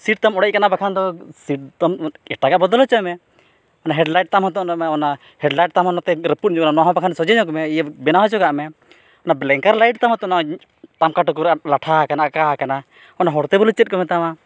seat ᱛᱟᱢ ᱚᱲᱮᱡ ᱟᱠᱟᱱᱟ ᱵᱟᱠᱷᱟᱱ ᱫᱚ ᱥᱤᱴ ᱛᱟᱢ ᱮᱴᱟᱜᱟᱜ ᱵᱚᱫᱚᱞ ᱦᱚᱪᱚᱭᱢᱮ ᱚᱱᱟ ᱦᱮᱰᱞᱟᱭᱤᱴ ᱛᱟᱢ ᱦᱚᱛᱚ ᱚᱱᱟ ᱦᱮᱰᱞᱟᱭᱤᱴ ᱛᱟᱢ ᱦᱚᱸ ᱱᱚᱛᱮ ᱨᱟᱹᱯᱩᱫ ᱧᱚᱜᱼᱟ ᱚᱱᱟᱦᱚᱸ ᱵᱟᱠᱷᱟᱱ ᱥᱚᱡᱷᱮ ᱧᱚᱜᱽᱢᱮ ᱤᱭᱟᱹ ᱵᱮᱱᱟᱣ ᱦᱚᱪᱚᱠᱟᱜ ᱢᱮ ᱚᱱᱟ ᱵᱞᱮᱝᱠᱟᱨ ᱞᱟᱭᱤᱴ ᱛᱟᱢ ᱦᱚᱸᱛᱚ ᱱᱚᱜ ᱚᱭ ᱴᱟᱢᱠᱟᱼᱴᱟᱠᱩᱨ ᱟᱨ ᱞᱟᱴᱷᱟ ᱟᱠᱟᱱᱟ ᱟᱠᱟ ᱟᱠᱟᱱᱟ ᱚᱱᱟ ᱦᱚᱲᱛᱮ ᱵᱚᱞᱮ ᱪᱮᱫ ᱠᱚ ᱢᱮᱛᱟᱢᱟ